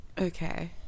Okay